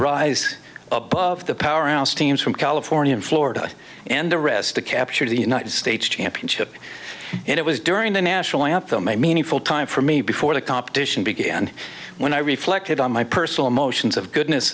rise above the powerhouse teams from california and florida and the rest the capture of the united states championship and it was during the national anthem a meaningful time for me before the competition began when i reflected on my personal emotions of goodness